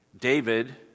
David